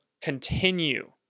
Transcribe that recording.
continue